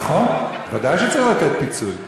נכון, ודאי שצריך לתת פיצוי.